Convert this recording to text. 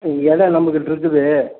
இடம் நம்மக்கிட்ட இருக்குது